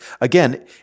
Again